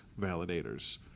validators